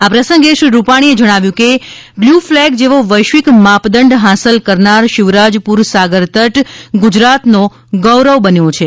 આ પ્રસંગે શ્રી રૂપાણીએ જણાવ્યુ હતું કે બ્લૂ ફ્લેગ જેવો વૈશ્વિક માપદંડ હાંસલ કરનાર શિવરાજપુર સાગરતટ ગુજરાતનું ગૌરવ બન્યો છે